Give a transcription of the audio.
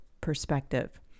perspective